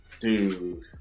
dude